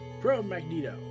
Pro-Magneto